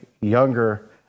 younger